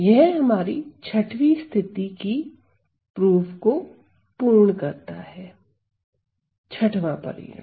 यह हमारी छठवीं स्थिति की उपपत्ति को पूर्ण करता है छठवां परिणाम